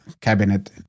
cabinet